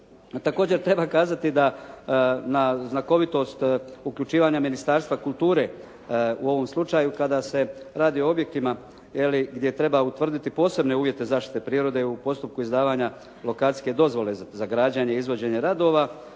Također treba kazati da na znakovitost uključivanja Ministarstva kulture u ovom slučaju kada se radi objektima je li gdje treba utvrditi posebne uvjete zaštite prirode u postupku izdavanja lokacijske dozvole za građenje i izvođenje radova